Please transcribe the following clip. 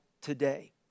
today